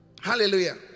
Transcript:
Hallelujah